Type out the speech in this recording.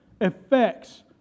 affects